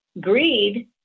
Greed